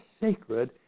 sacred